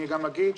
אני גם אגיד,